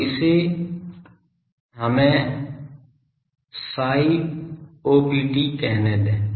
तो हमें इसे ψopt करने दें